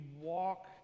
walk